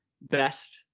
best